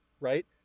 right